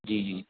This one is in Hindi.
जी जी